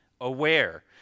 aware